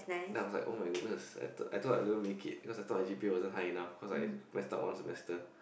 then I was like oh my goodness I thought I thought I won't make it cause I thought that my G_P_A wasn't high enough cause I mess up one semester